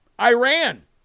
Iran